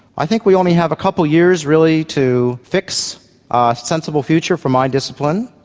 i think we only have a couple of years really to fix a sensible future for my discipline,